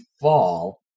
fall